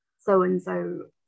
so-and-so